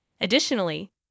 Additionally